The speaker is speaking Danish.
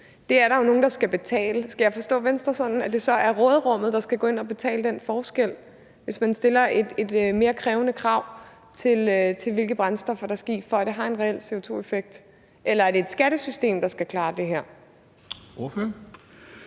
Det er der jo nogen der skal betale. Skal jeg forstå Venstre sådan, at det så er råderummet, der skal gå ind og betale den forskel, der vil være, hvis man stiller et større krav til, hvilke brændstoffer der skal i, for at det har en reel CO2-effekt? Eller er det et skattesystem, der skal klare det her?